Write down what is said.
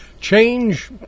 change